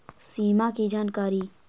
सिमा कि जानकारी?